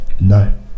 No